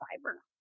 fiber